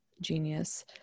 Genius